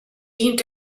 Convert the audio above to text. dient